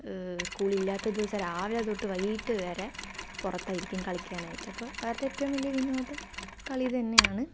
സ്കൂളില്ലാത്ത ദിവസം രാവിലെ തൊട്ട് വൈകിട്ട് വരെ പുറത്താരിയിരിക്കും കളിക്കാനായിട്ട് അപ്പോൾ അവരുടെ ഏറ്റവും വലിയ വിനോദം കളി തന്നെയാണ്